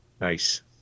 nice